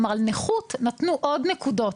כלומר על נכות נתנו עוד נקודות,